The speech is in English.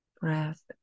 breath